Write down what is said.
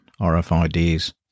RFIDs